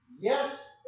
Yes